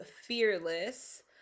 Fearless